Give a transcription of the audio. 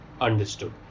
understood